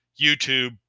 YouTube